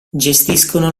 gestiscono